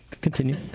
Continue